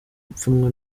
ipfunwe